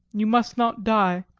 you must not die.